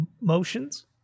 motions